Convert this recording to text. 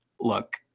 Look